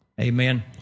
Amen